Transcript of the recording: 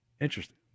Interesting